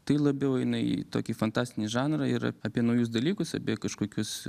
tai labiau eina į tokį fantastinį žanrą ir apie naujus dalykus apie kažkokius